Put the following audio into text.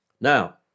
Now